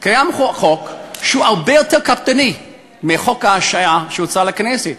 קיים חוק שהוא הרבה יותר קפדני מחוק ההשעיה שהוצע בכנסת.